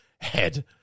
head